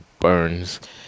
burns